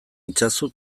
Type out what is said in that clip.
itzazu